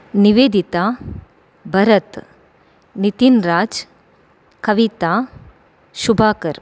Nivedita Bharat Nitinraj Kavita Shubhakar